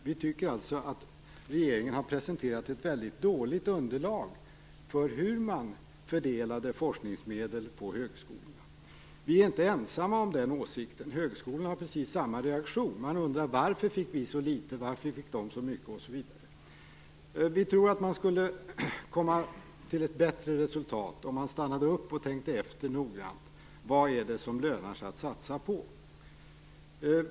Vi tycker att regeringen har presenterat ett väldigt dåligt underlag för hur man fördelade forskningsmedlen på högskolorna. Vi är inte ensamma om den åsikten. Högskolorna uppvisade samma reaktion. Man undrade: Varför fick vi så litet och de så mycket? Vi tror att man skulle nå ett bättre resultat om man stannade upp och noga tänkte efter vad det lönar sig att satsa på.